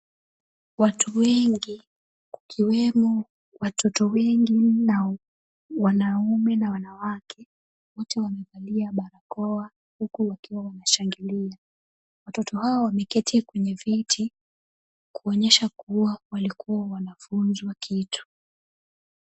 Watu wengi kukiwemo watoto wengi na wanaume na wanawake wote wamevalia barakoa huku wakiwa wanashangilia. Watoto hawa wameketi kwenye viti kuonyesha kuwa walikuwa wanafunzwa kitu.